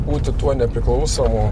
būti tuo nepriklausomu